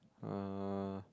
uh